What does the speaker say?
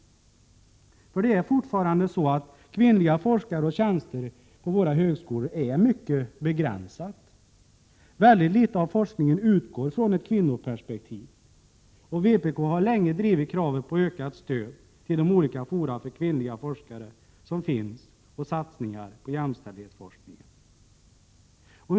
Det är nämligen fortfarande så att antalet kvinnliga forskare och tjänstemän på våra högskolor är mycket begränsat. Väldigt litet av forskningen utgår från ett kvinnoperspektiv. Vpk har länge drivit kravet om ökat stöd till de olika fora för kvinnliga forskare som finns och satsningar på jämställdhetsforskning.